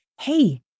hey